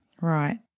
Right